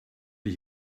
ich